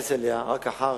אתייחס אליה רק לאחר